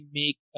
make